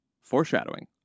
foreshadowing